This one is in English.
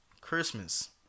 Christmas